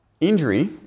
injury